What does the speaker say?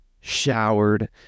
showered